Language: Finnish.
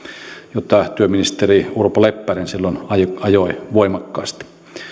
jota työministeri urpo leppänen silloin ajoi ajoi voimakkaasti